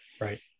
right